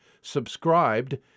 subscribed